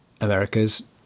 America's